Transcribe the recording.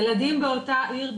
ילדים באותה עיר,